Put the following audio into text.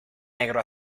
negro